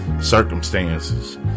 circumstances